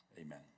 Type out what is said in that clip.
Amen